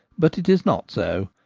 but it is not so.